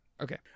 Okay